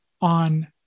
on